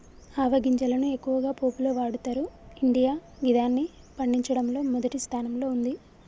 ఆవ గింజలను ఎక్కువగా పోపులో వాడతరు ఇండియా గిదాన్ని పండించడంలో మొదటి స్థానంలో ఉంది